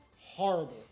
horrible